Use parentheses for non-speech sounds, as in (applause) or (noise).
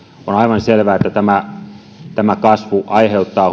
on on aivan selvää että tämä tämä kasvu aiheuttaa (unintelligible)